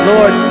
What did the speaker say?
Lord